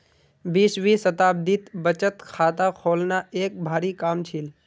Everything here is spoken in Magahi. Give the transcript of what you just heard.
बीसवीं शताब्दीत बचत खाता खोलना एक भारी काम छील